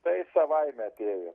tai savaime atėjo